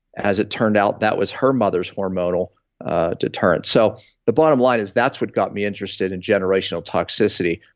as it turned out, that was her mother's hormonal deterrent. so the bottom line is, that's what got me interested in generational toxicity,